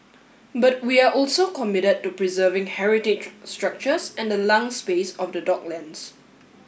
but we are also committed to preserving heritage structures and the lung space of the docklands